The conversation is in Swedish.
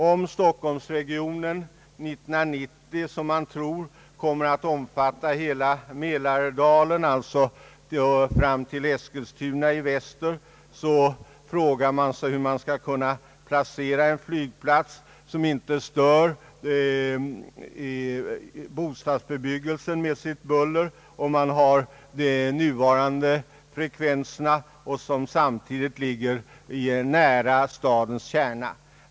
Om stockholmsregionen år 1990 — som man tror — kommer att omfatta hela Mälardalen fram till Eskilstuna i väster måste man fråga sig var en flygplats skall placeras som med nuvarande frekvenser inte stör bostadsbebyggelsen med sitt buller och som samtidigt ligger nära stadens kärna.